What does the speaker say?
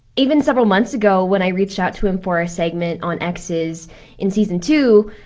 even several months ago, when i reached out to him for our segment on exes in season two,